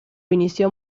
inició